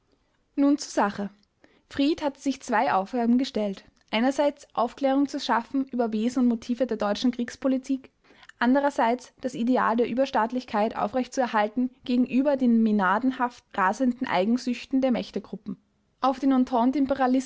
nun zur sache fried hatte sich zwei aufgaben gestellt einerseits aufklärung zu schaffen über wesen und motive der deutschen kriegspolitik andererseits das ideal der überstaatlichkeit aufrechtzuerhalten gegenüber den mänadenhaft rasenden eigensüchten der mächtegruppen auf den ententeimperialismus